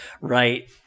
right